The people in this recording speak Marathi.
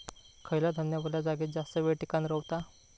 खयला धान्य वल्या जागेत जास्त येळ टिकान रवतला?